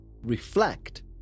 reflect